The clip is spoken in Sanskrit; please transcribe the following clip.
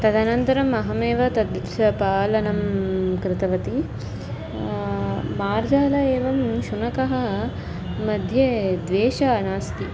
तदनन्तरम् अहमेव तस्य पालनं कृतवती मार्जारः एवं शुनकः मध्ये द्वेषः नास्ति